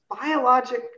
biologic